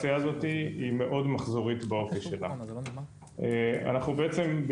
אנחנו בעצם בעיצומו של משבר שהתחיל כבר